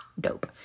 dope